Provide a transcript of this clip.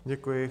Děkuji.